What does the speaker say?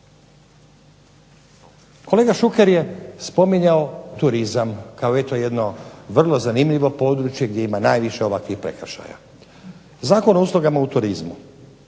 Kolega Šuker je spominjao turizam kao vrlo zanimljivo područje gdje ima najviše ovakvih prekršaja, Zakon o uslugama u turizmu,